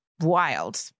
wild